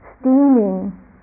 steaming